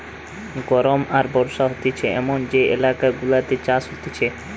গরম আর বর্ষা হতিছে এমন যে এলাকা গুলাতে চাষ হতিছে